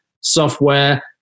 software